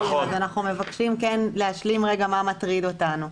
ואנחנו מבקשים כן להשלים רגע מה מטריד אותנו.